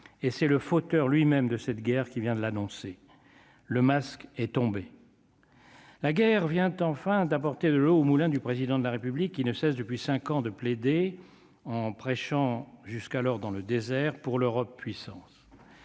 et c'est le fauteur lui-même de cette guerre qui vient de l'annoncer, le masque est tombé. La guerre vient enfin d'apporter de l'eau au moulin du président de la République qui ne cessent depuis 5 ans, de plaider en prêchant jusqu'alors dans le désert pour l'Europe puissance,